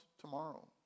tomorrow